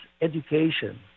education